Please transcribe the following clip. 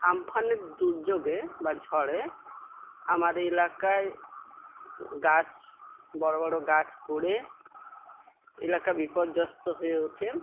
আম্ফানের দুর্যোগে বা ঝড়ে আমার এলাকায় গাছ বড়ো বড়ো গাছ পড়ে এলাকা বিপর্যস্ত হয়ে ওঠে